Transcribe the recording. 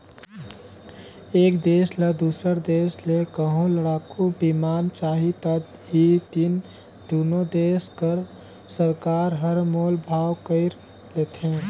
एक देस ल दूसर देस ले कहों लड़ाकू बिमान चाही ता ही दिन दुनो देस कर सरकार हर मोल भाव कइर लेथें